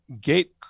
gate